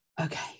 okay